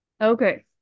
Okay